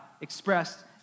expressed